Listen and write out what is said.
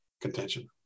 contention